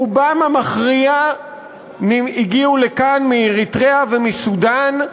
רובם המכריע הגיעו לכאן מאריתריאה ומסודאן,